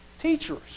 teachers